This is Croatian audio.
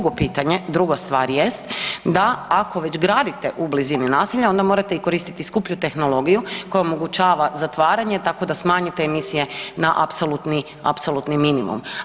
Drugo pitanje, druga stvar jest da ako već gradite u blizini naselja, onda morate i koristiti skuplju tehnologiju koja omogućava zatvaranje tako da smanji te emisije na apsolutni, apsolutni minimum.